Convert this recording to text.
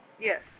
Yes